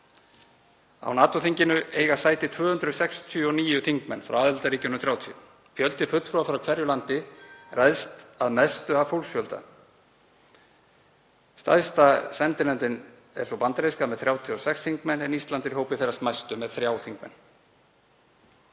Á NATO-þinginu eiga sæti 269 þingmenn frá aðildarríkjunum 30. Fjöldi fulltrúa frá hverju landi ræðst að mestu af fólksfjölda. Stærsta sendinefndin er sú bandaríska með 36 þingmenn en Ísland er í hópi þeirra smæstu með þrjá þingmenn.